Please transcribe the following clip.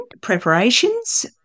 preparations